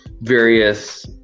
various